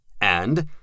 And